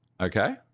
Okay